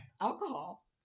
alcohol